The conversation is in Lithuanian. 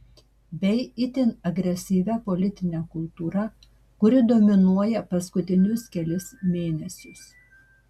bei itin agresyvia politine kultūra kuri dominuoja paskutinius kelis mėnesius